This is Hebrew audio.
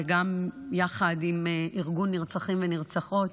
ויחד עם ארגון נרצחים ונרצחות